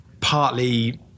partly